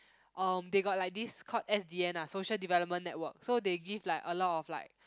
um they got like this called s_d_n ah Social Development Network so they give like a lot of like